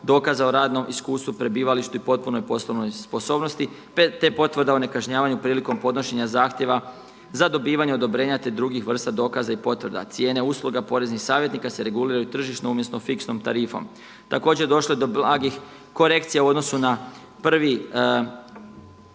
dokaza o radnom iskustvu, prebivalištu i potpunoj poslovnoj sposobnosti, te potvrda o nekažnjavanju prilikom podnošenja zahtjeva za dobivanje odobrenja, te drugih vrsta dokaza i potvrda. Cijene usluga poreznih savjetnika se reguliraju tržišnom umjesto fiksnom tarifom. Također došlo je do blagih korekcija u odnosu na prvi